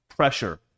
pressure